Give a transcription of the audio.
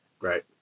Right